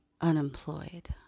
unemployed